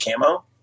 camo